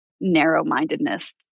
narrow-mindedness